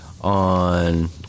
on